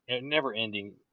never-ending